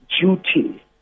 duty